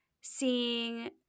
seeing